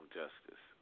justice